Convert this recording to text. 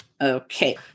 Okay